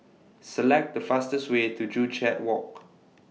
Select The fastest Way to Joo Chiat Walk